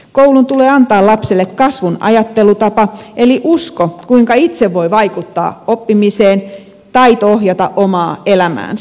koulun tulee antaa lapselle kasvun ajattelutapa eli usko kuinka itse voi vaikuttaa oppimiseen taito ohjata omaa elämäänsä